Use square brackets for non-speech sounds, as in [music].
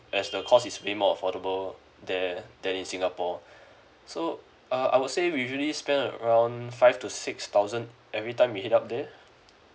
as the cost is way more affordable there than in singapore [breath] so uh I would say we usually spend around five to six thousand every time we head up there